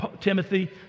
Timothy